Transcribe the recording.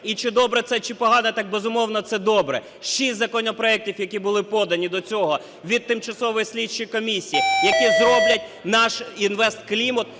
І чи добре це, чи погано? Так, безумовно, це добре. Шість законопроектів, які були подані до цього від тимчасової слідчої комісії, які зроблять наш інвестклімат